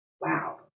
Wow